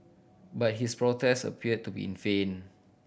but his protest appeared to be in vain